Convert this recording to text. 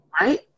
Right